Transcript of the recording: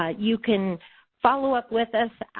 ah you can follow-up with us